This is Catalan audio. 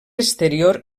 exterior